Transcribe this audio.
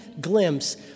glimpse